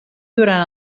durant